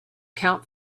count